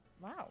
Wow